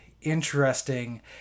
interesting